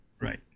right